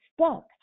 stuck